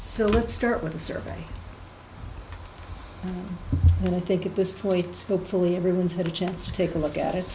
so let's start with the survey and i think at this point hopefully everyone's had a chance to take a look at it